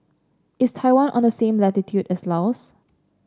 is Taiwan on the same latitude as Laos